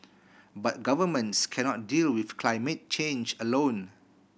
but governments cannot deal with climate change alone